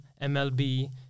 MLB